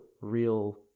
real